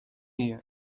here